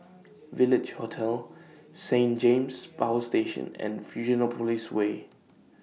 Village Hotel Saint James Power Station and Fusionopolis Way